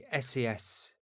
SES